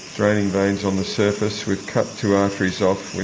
draining veins on the surface, we've cut two arteries off, we're